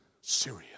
Syria